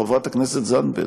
חברת הכנסת זנדברג,